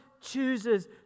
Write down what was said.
chooses